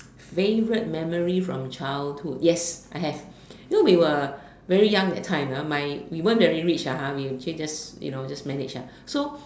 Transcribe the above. favorite memory from childhood yes I have you know we were very young that time ah my we weren't very rich lah ha you say you know just manage lah so